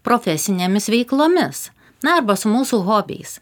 profesinėmis veiklomis na arba su mūsų hobiais